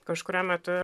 kažkuriuo metu